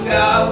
go